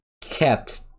kept